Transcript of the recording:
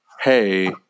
Hey